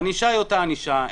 הענישה היא אותה ענישה,